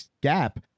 gap